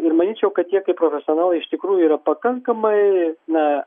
ir manyčiau kad jie kaip prfesionalai iš tikrųjų yra pakankamai na